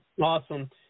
Awesome